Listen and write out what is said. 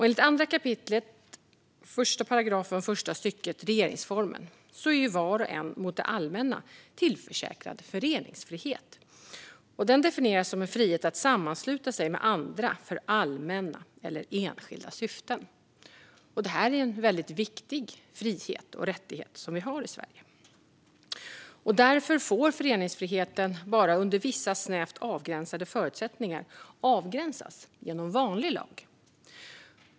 Enligt 2 kap. 1 § första stycket regeringsformen är var och en mot det allmänna tillförsäkrad föreningsfrihet. Den definieras som en frihet att sluta sig samman med andra för allmänna eller enskilda syften. Det är en väldigt viktig frihet och rättighet som vi har i Sverige. Därför får föreningsfriheten bara under vissa snävt avgränsade förutsättningar avgränsas genom vanlig lag.